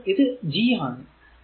അതിനാൽ ഇത് G ആണ്